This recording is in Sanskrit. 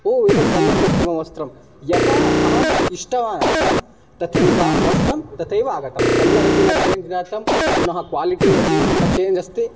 ओ एतत् सम्यक् अस्ति मम वस्त्रं यदा अहम् इष्टवान् आसं तथैव वस्त्रं तथैव आगतं कल्लरपि न चेञ्ज् जातं पुनः क्वालिटि अपि न चेञ्ज् अस्ति